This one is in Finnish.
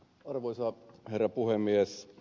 arvoisa herra puhemies